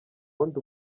wundi